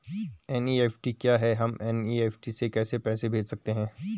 NEFT क्या है हम एन.ई.एफ.टी से कैसे पैसे भेज सकते हैं?